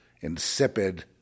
insipid